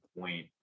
point